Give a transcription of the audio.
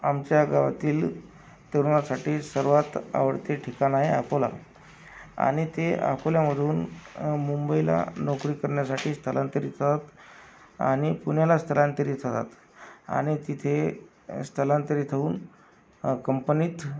आमच्या गावातील तरुणांसाठी सर्वात आवडते ठिकाण आहे अकोला आणि ते अकोल्यामधून मुंबईला नोकरी करण्यासाठी स्थलांतरित तात आणि पुण्याला स्थलांतरित होतात आणि तिथे स्थलांतरित होऊन कंपनीत